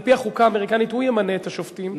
על-פי החוקה האמריקנית הוא ימנה את השופטים,